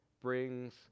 brings